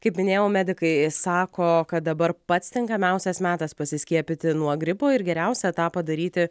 kaip minėjau medikai sako kad dabar pats tinkamiausias metas pasiskiepyti nuo gripo ir geriausia tą padaryti